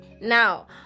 now